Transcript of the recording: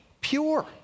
pure